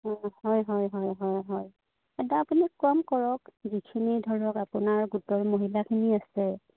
অঁ হয় হয় হয় হয় হয় দাদা আপুনি কম কৰক যিখিনি ধৰক আপোনাৰ গোটৰ মহিলাখিনি আছে